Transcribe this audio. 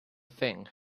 thing